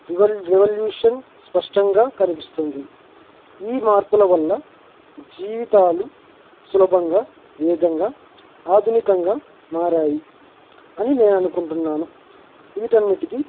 రెవల్ revolution స్పష్టంగా కనిపిస్తుంది ఈ మార్పుల వల్ల జీవితాలు సులభంగా వేగంగా ఆధునికంగా మారాయి అని నేను అనుకుంటున్నాను వీటన్నింటికీ